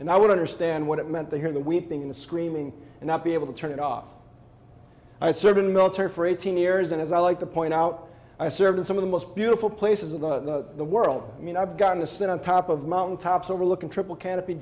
and i would understand what it meant to hear the weeping in the screaming and not be able to turn it off i served in the military for eighteen years and as i like to point out i served in some of the most beautiful places in the world i mean i've gotten to sit on top of the mountain tops overlooking triple canopy